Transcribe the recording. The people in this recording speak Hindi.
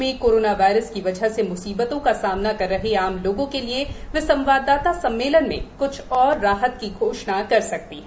देश में कोरोना वायरस की वजह से म्सीबतों का सामना कर रहे आम लोगों के लिए वे संवाददाता सम्मेलन में क्छ और राहत की घोषणा कर सकती हैं